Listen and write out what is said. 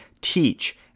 teach